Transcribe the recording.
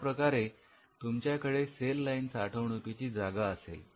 अशाप्रकारे तुमच्याकडे cell line साठवणुकीसाठी जागा असेल